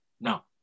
Now